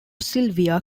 sylvia